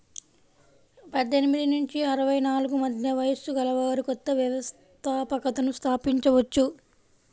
పద్దెనిమిది నుంచి అరవై నాలుగు మధ్య వయస్సు గలవారు కొత్త వ్యవస్థాపకతను స్థాపించవచ్చు